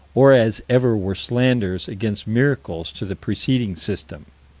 or as ever were slanders against miracles to the preceding system.